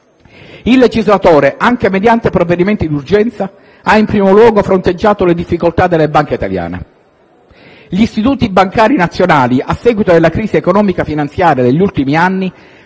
Il legislatore, anche mediante provvedimenti d'urgenza, ha in primo luogo fronteggiato le difficoltà delle banche italiane: gli istituti bancari nazionali, a seguito della crisi economico-finanziaria degli ultimi anni,